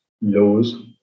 lows